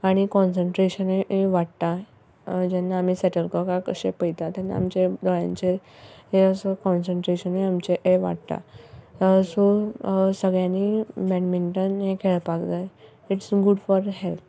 आनी कॉन्सट्रेशनूय अय वाडटा जेन्ना आमी शटलकॉकाक अशें पयता तेन्ना आमचे दोळ्यांचेर हे असो कॉन्सट्रेशनूय आमचें ए वाडटा ह सो सगळ्यांनी बॅडमिंटन हें खेळपाक जाय इट्स गूड फॉर हॅल्त